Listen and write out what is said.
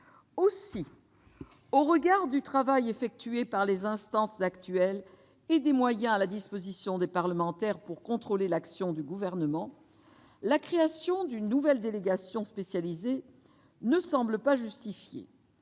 Aussi, au regard du travail effectué par les instances actuelles et des moyens à la disposition des parlementaires pour contrôler l'action du Gouvernement, la création d'une nouvelle délégation spécialisée ne semble pas justifiée.